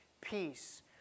peace